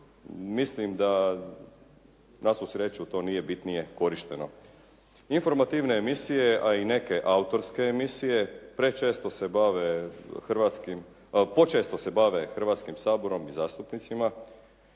mislim da na svu sreću to nije bitnije korišteno. Informativne emisije, a i neke autorske emisije prečesto se bave hrvatskim, počesto